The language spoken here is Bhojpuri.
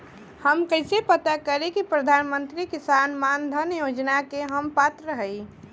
हम कइसे पता करी कि प्रधान मंत्री किसान मानधन योजना के हम पात्र हई?